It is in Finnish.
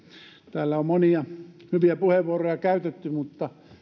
täällä on monia hyviä puheenvuoroja käytetty mutta